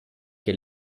che